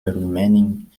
remaining